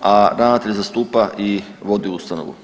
a ravnatelj zastupa i vodi ustanovu.